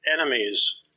enemies